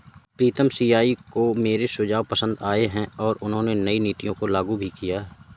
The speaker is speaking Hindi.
प्रीतम सी.ई.ओ को मेरे सुझाव पसंद आए हैं और उन्होंने नई नीतियों को लागू भी किया हैं